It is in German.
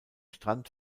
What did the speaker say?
strand